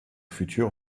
futur